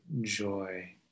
joy